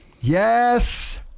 Yes